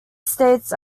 states